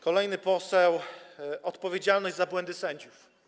Kolejny poseł - odpowiedzialność za błędy sędziów.